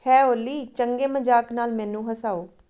ਹੈ ਓਲੀ ਚੰਗੇ ਮਜ਼ਾਕ ਨਾਲ ਮੈਨੂੰ ਹਸਾਉ